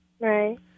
Right